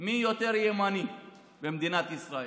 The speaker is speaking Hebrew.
מי יותר ימני במדינת ישראל,